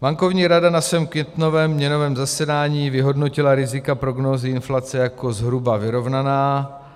Bankovní rada na svém květnovém měnovém zasedání vyhodnotila rizika prognózy inflace jako zhruba vyrovnaná.